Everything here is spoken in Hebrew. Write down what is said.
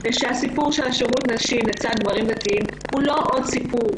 שהסיפור של שירות נשים לצד גברים דתיים הוא לא עוד סיפור.